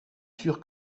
sûr